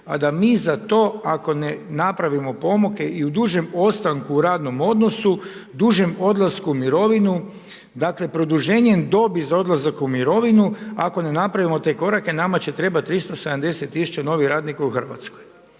a da mi za to ako ne napravimo pomake i u družem ostanku u radnom odnosu, dužem odlasku u mirovinu dakle produženjem dobi za odlazak u mirovinu ako ne napravimo te korake nama će trebati 370 tisuća novih radnika u Hrvatskoj.“